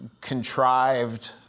contrived